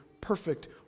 perfect